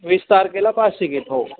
वीस तारखेला पाचशे घेतो